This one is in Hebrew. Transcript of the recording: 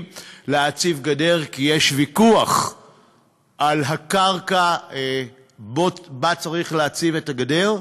להציב גדר כי יש ויכוח על הקרקע שבה צריך להציב את הגדר,